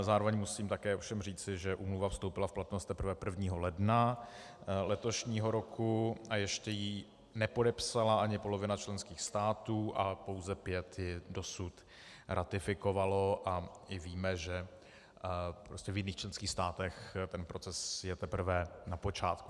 Zároveň musím také ovšem říci, že úmluva vstoupila v platnost teprve 1. ledna letošního roku a ještě ji nepodepsala ani polovina členských států a pouze pět ji pouze ratifikovalo, a i víme, že v jiných členských státech ten proces je teprve na počátku.